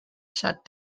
shut